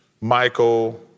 Michael